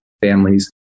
families